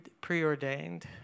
preordained